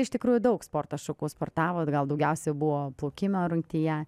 iš tikrųjų daug sporto šakų sportavo gal daugiausia buvo plaukimo rungtyje